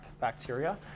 bacteria